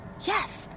Yes